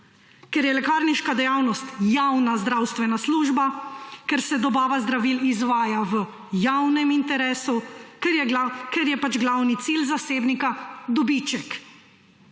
Ker je lekarniška dejavnost javna zdravstvena služba, ker se dobava zdravil izvaja v javnem interesu, ker je pač glavni cilj zasebnika dobiček.